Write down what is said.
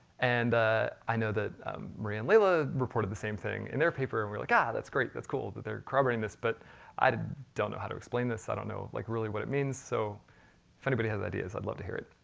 and ah i know that maria and layla reported the same thing in their paper, and we're like, ah that's great, that's cool that they're corroborating this, but i don't know how to explain this. i don't know like really what it means, so if anybody has ideas, i'd love to hear it.